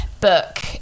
book